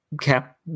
cap